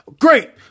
great